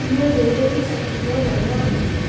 यो धेरै चम्किलो भयो